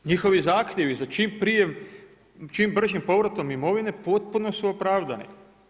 Njihovi zahtjevi za čim prije, čim bržim povratom imovine potpuno su opravdani.